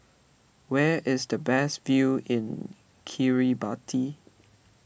where is the best view in Kiribati